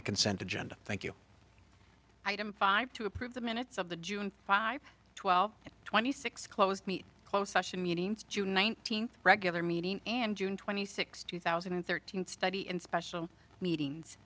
the consent agenda thank you item five to approve the minutes of the june five twelve twenty six close meet close june nineteenth regular meeting and june twenty sixth two thousand and thirteen study in special meetings